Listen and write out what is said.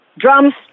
drums